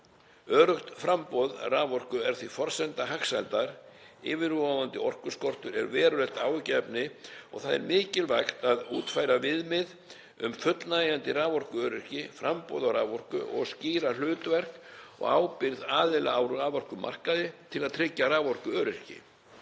Öruggt framboð raforku er því forsenda hagsældar. Yfirvofandi orkuskortur er verulegt áhyggjuefni og það er mikilvægt að útfæra viðmið um fullnægjandi raforkuöryggi, framboð á raforku og skýra hlutverk og ábyrgð aðila á raforkumarkaði til að tryggja raforkuöryggi.